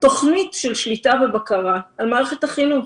תוכנית של שליטה ובקרה על מערכת החינוך?